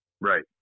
Right